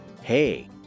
hey